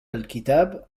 الكتاب